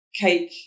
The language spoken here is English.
cake